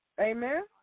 Amen